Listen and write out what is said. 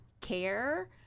care